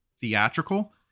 theatrical